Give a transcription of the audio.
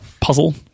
puzzle